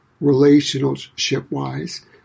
relationship-wise